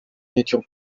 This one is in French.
n’étions